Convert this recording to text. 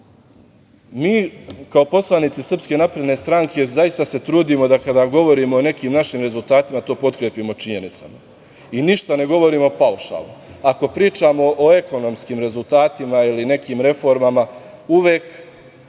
kao poslanici SNS zaista se trudimo da kada govorimo o nekim našim rezultatima, to potkrepimo činjenicama i ništa ne govorimo paušalno. Ako pričamo o ekonomskim rezultatima ili nekim reformama, uvek